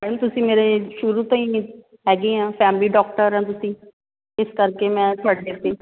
ma'am ਤੁਸੀਂ ਮੇਰੇ ਸ਼ੁਰੂ ਤੋਂ ਹੀ ਹੈਗੇ ਆਂ ਫੈਮਲੀ ਡੋਕਟਰ ਆ ਤੁਸੀਂ ਇਸ ਕਰਕੇ ਮੈਂ ਤੁਹਾਡੇ 'ਤੇ